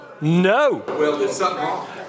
No